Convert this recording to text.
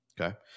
okay